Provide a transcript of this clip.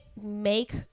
make